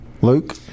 Luke